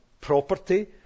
property